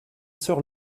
soeurs